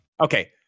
Okay